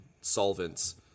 solvents